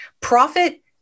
Profit